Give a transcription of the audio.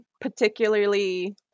particularly